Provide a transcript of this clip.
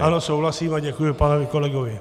Ano souhlasím a děkuji panu kolegovi.